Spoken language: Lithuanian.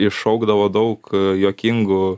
iššaukdavo daug juokingų